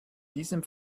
diesem